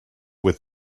with